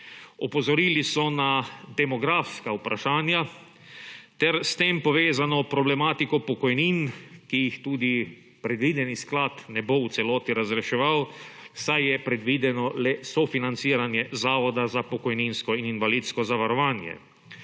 Opozorili so na demografska vprašanja ter s tem povezano problematiko pokojnin, ki jih tudi predvideni sklad ne bo v celoti razreševal, saj je predvideno le sofinanciranje zavoda za pokojninsko in invalidsko zavarovanje.